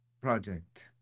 project